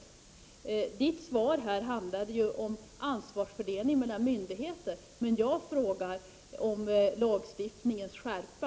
Grethe Lundblads svar handlade om ansvarsfördelningen mellan myndigheter, men jag frågar om lagstiftningens skärpa.